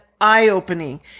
eye-opening